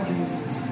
Jesus